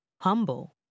humble